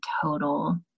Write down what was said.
total